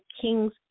kings